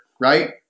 right